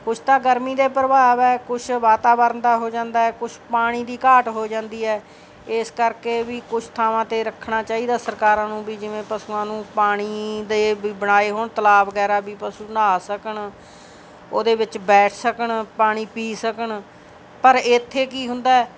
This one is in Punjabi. ਕੁਛ ਤਾਂ ਗਰਮੀ ਦੇ ਪ੍ਰਭਾਵ ਹੈ ਕੁਛ ਵਾਤਾਵਰਨ ਦਾ ਹੋ ਜਾਂਦਾ ਕੁਛ ਪਾਣੀ ਦੀ ਘਾਟ ਹੋ ਜਾਂਦੀ ਹੈ ਇਸ ਕਰਕੇ ਵੀ ਕੁਛ ਥਾਵਾਂ 'ਤੇ ਰੱਖਣਾ ਚਾਹੀਦਾ ਸਰਕਾਰਾਂ ਨੂੰ ਵੀ ਜਿਵੇਂ ਪਸੂਆਂ ਨੂੰ ਪਾਣੀ ਦੇ ਵੀ ਬਣਾਏ ਹੋਣ ਤਲਾਅ ਵਗੈਰਾ ਵੀ ਪਸ਼ੂ ਨਹਾ ਸਕਣ ਉਹਦੇ ਵਿੱਚ ਬੈਠ ਸਕਣ ਪਾਣੀ ਪੀ ਸਕਣ ਪਰ ਇੱਥੇ ਕੀ ਹੁੰਦਾ